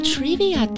Trivia